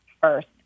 first